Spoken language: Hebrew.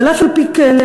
ואף-על-פי-כן,